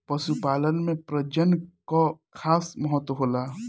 पशुपालन में प्रजनन कअ खास महत्व होला